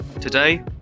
Today